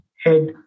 head